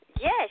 Yes